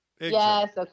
Yes